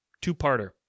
two-parter